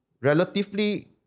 relatively